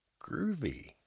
Groovy